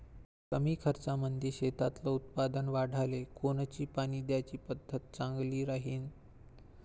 कमी खर्चामंदी शेतातलं उत्पादन वाढाले कोनची पानी द्याची पद्धत चांगली राहीन?